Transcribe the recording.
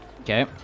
Okay